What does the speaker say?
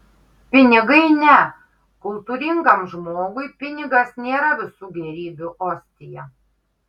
pinigai ne kultūringam žmogui pinigas nėra visų gėrybių ostija